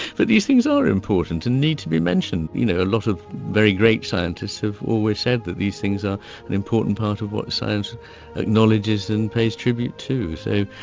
but these things are important and need to be mentioned. you know a lot of very great scientists have always said that these things are an important part of what science acknowledges and pays tribute to. so,